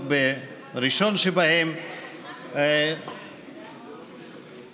של קבוצת סיעת ישראל ביתנו וקבוצת סיעת